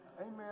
Amen